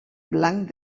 blanc